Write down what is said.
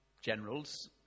generals